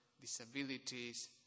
disabilities